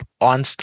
on